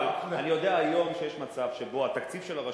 אבל אני יודע היום שיש מצב שבו התקציב של הרשות,